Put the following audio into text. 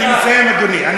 אני מסיים, אדוני.